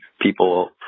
people